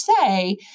say